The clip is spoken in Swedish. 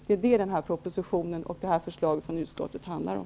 Det är det den här propositionen och det här förslaget från utskottet handlar om.